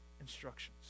instructions